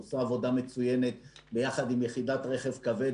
שעושה עבודה מצוינת ביחד עם יחידת רכב כבד,